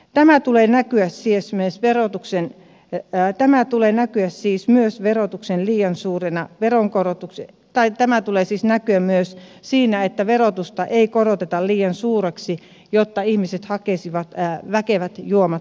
tämä tulee näkyä siis myös verotuksen että tämän tulee näkyä siis myös verotuksen liian suurena veronkorotuksia tai tämä tulee siis myös siinä että verotusta ei koroteta liian suureksi jotta ihmiset eivät hakisi väkeviä juomia virosta